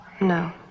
No